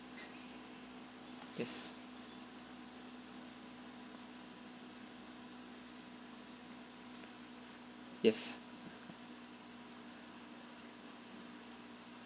yes yes